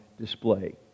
display